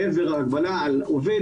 מעבר להגבלה על עובד.